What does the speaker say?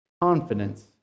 confidence